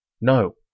No